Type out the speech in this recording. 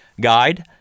guide